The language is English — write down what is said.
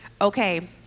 okay